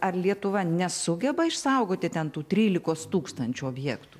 ar lietuva nesugeba išsaugoti ten tų trylikos tūkstančių objektų